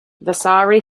vasari